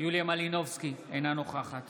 יוליה מלינובסקי, אינה נוכחת